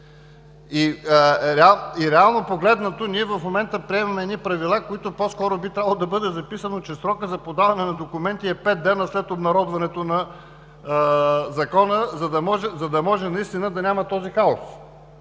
Реално погледнато в момента приемаме едни Правила, в които по-скоро би трябвало да бъде записано, че срокът за подаване на документи е пет дни след обнародването на Закона, за да може наистина да го няма този хаос.